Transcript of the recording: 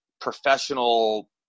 professional